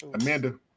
Amanda